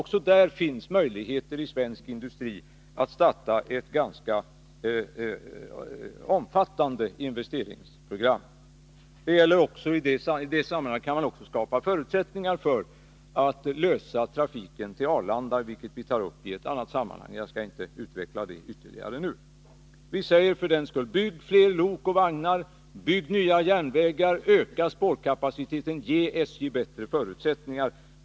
Också där finns möjligheter i svensk industri att starta ett ganska omfattande investeringsprogram. I samband därmed kan man också skapa förutsättningar att lösa frågan om trafiken till Arlanda, något som vi tar upp i ett annat sammanhang. Jag skall inte utveckla det ytterligare nu. Vi säger för den skull: Bygg fler lok och vagnar, bygg nya järnvägar, öka spårkapaciteten, ge SJ bättre förutsättningar!